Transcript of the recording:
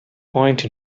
point